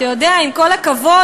עם כל הכבוד.